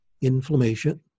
inflammation